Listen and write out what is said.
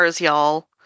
y'all